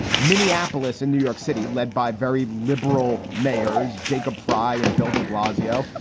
minneapolis and new york city, led by very liberal mayors jacob prai and bill de blasio,